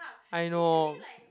I know